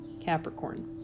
Capricorn